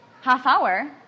half-hour